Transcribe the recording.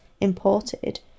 imported